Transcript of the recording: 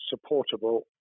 supportable